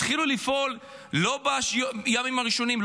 התחילו לפעול לא בימים הראשונים,